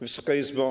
Wysoka Izbo!